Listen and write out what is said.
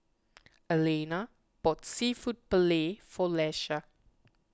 Alannah bought Seafood Paella for Iesha